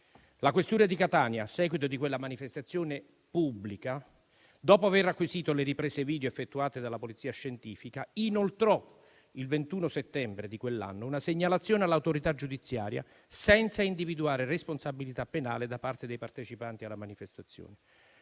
La questura di Catania, a seguito di quella manifestazione pubblica, dopo aver acquisito le riprese video effettuate dalla Polizia scientifica, inoltrò il 21 settembre di quell'anno una segnalazione all'autorità giudiziaria, senza individuare responsabilità penale da parte dei partecipanti alla manifestazione.